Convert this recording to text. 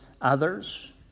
others